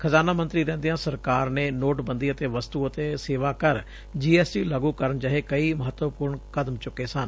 ਖਜਾਨਾ ਮੰਤਰੀ ਰਹਿਦਿਆਂ ਸਰਕਾਰ ਨੇ ਨੋਟ ਬੰਦੀ ਅਤੇ ਵਸੜੁ ਅਤੇ ਸੇਵਾ ਕਰ ਜੀਐਸਟੀ ਲਾਗੁ ਕਰਨ ਜਹੇ ਕਈ ਮਹੱਤਵਪੁਰਨ ਕਚਮ ਚੁੱਕੇ ਸਨ